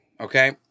okay